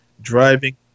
driving